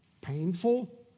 painful